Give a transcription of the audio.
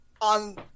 on